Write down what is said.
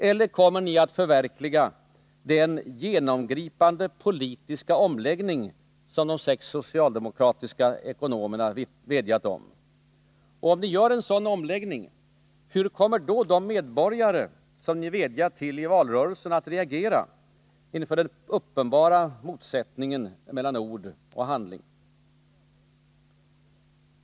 Eller kommer ni att förverkliga den ”genomgripande politiska omläggning” som de sex socialdemokratiska ekonomerna vädjat om? Om ni gör en sådan omläggning, hur kommer då de medborgare som ni vädjat till i valrörelsen att reagera inför den uppenbara motsättningen mellan ord och handling?